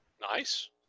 Nice